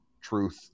truth